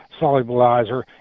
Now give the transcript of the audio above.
solubilizer